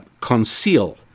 conceal